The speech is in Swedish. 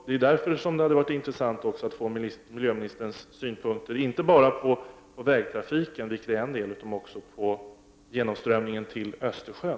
Därför hade det varit intressant att få miljöministerns synpunkter, inte bara på vägtrafiken utan även på genomströmningen till Östersjön.